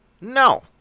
No